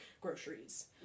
groceries